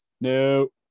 No